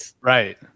Right